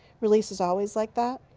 release is always like that?